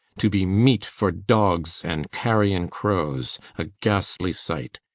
to be meat for dogs and carrion crows, a ghastly sight.